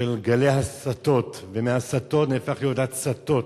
לגלי הסתות, ומהסתות זה נהפך להיות הצתות,